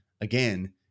again